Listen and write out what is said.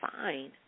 fine